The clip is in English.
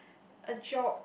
a job